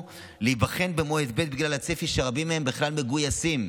להיבחן במועד ב' בגלל הצפי שרבים מהם בכלל מגויסים.